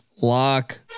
Lock